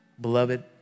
beloved